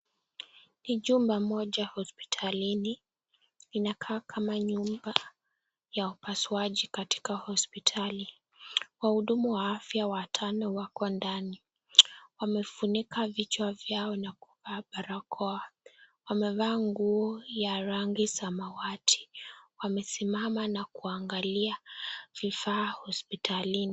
Ni chumba moja hospitalini inakaa kama nyumba ya upasuaji katika hospitali, waudumu wa afya watano wako ndani wamefunika vichwa vyao na kufaa barakoa wamefaa nguo ya rangi zamawadi wamesimama na kuangalia fifaa hospitalini.